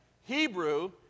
Hebrew